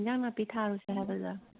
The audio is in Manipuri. ꯑꯦꯟꯁꯥꯡ ꯅꯥꯄꯤ ꯊꯥꯔꯨꯁꯤ ꯍꯥꯏꯕꯗꯨꯔꯣ